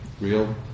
real